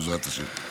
בעזרת השם.